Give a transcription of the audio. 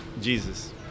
Jesus